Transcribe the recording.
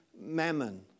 mammon